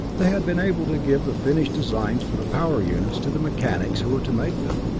they had been able to give the finished designs for the power units to the mechanics who were to make them.